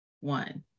one